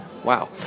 Wow